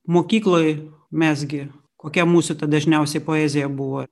mokykloj mes gi kokia mūsų ta dažniausiai poezija buvo